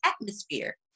atmosphere